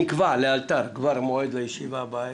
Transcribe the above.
אתי דנן, נקבע לאלתר מועד לישיבה הבאה.